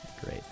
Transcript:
Great